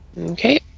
okay